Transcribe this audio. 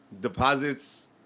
deposits